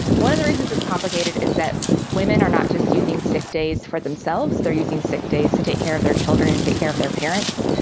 one of the reasons it's complicated is that women are not just using sick days for themselves they're using sick days to take care of their children and take care of their parents.